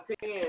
ten